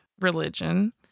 religion